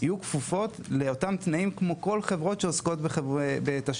יהיו כפופות לאותן תנאים כמו כל חברות שעוסקות בתשלומים.